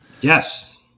Yes